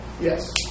Yes